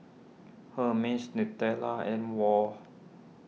Hermes Nutella and Wall